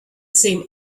same